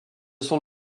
sont